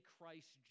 Christ